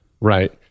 Right